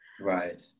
right